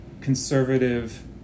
conservative